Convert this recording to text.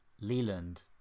Leland